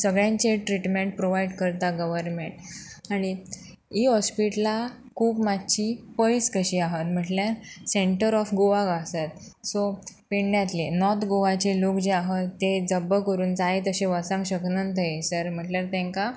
सगळ्यांचे treatment provide करता government आनी ही हॉस्पिटलां खूब मातशी पयस कशीं आहत म्हटल्यार सँटर ऑफ गोवाक आसात सो पेडण्यांतले नॉर्थ गोवाचे लोक जे आहत ते झब्ब करून जाय तशें वसांक शकनात थंयसर म्हटल्यार तेंकां